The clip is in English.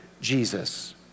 Jesus